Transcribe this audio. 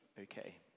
okay